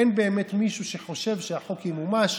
אין באמת מישהו שחושב שהחוק ימומש.